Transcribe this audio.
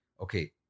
Okay